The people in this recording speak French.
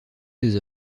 ses